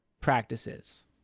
practices